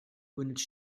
benutzt